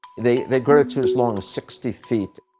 they they grow to as long as sixty feet.